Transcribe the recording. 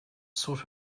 sort